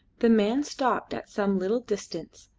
the man stopped at some little distance,